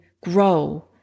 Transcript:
grow